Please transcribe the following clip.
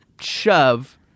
shove